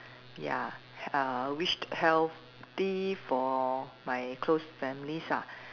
ya uh wish healthy for my close families ah